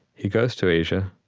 he goes to asia,